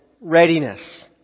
readiness